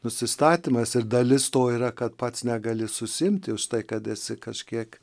nusistatymas ir dalis to yra kad pats negali susiimti už tai kad esi kažkiek